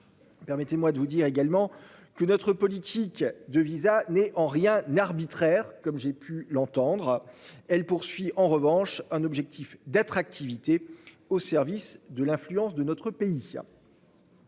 Permettez-moi de vous dire également que notre politique de visas n'est en rien n'arbitraires comme j'ai pu l'entendre. Elle poursuit en revanche un objectif d'attractivité au service de l'influence de notre pays.--